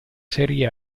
serie